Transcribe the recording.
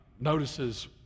notices